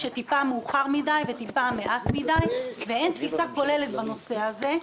כאשר טיפה מאוחר מדי וטיפה מעט מאוד ואין תפיסה כוללת בנושא הזה.